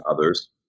others